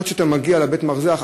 עד שאתה מגיע לבית-המרזח,